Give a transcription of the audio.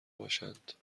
باشند